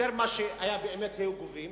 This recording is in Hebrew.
יותר ממה שבאמת היו גובים,